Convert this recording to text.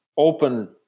open